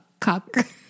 cuck